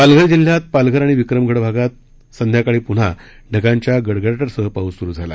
पालघर जिल्ह्यात पालघर आणि विक्रमगड भागात सायंकाळी पुन्हा ढगांच्या गडगडाटासह पाऊस सुरू झाला